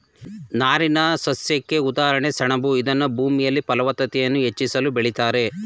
ನಾರಿನಸಸ್ಯಕ್ಕೆ ಉದಾಹರಣೆ ಸೆಣಬು ಇದನ್ನೂ ಭೂಮಿಯಲ್ಲಿ ಫಲವತ್ತತೆಯನ್ನು ಹೆಚ್ಚಿಸಲು ಬೆಳಿತಾರೆ